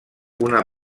una